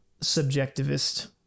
subjectivist